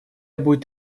будет